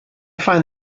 find